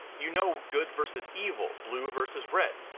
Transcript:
you know good versus evil, blue versus red,